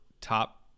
top